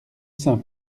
sainte